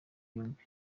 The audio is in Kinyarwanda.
yombi